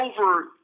over